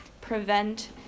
prevent